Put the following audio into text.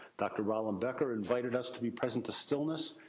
dr. rollin becker invited us to be present to stillness,